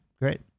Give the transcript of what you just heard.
Great